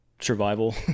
survival